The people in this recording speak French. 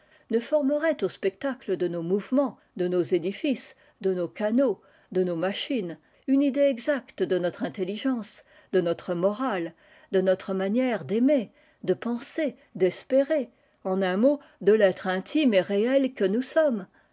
se formerait au spectacle de nos mouvements de nos édifices de nos canaux de nos machines une idée exacte de notre intelligence de notre morale de notre manière d'aimer de penser d'espérer en un mot da l'être intime et réel que nous sommes